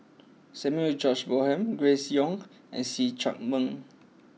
Samuel George Bonham Grace Young and See Chak Mun